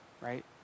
right